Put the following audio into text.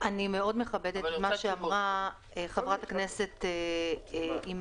אני מאוד מכבדת את מה שאמרה חברת הכנסת אימאן,